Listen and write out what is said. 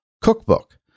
cookbook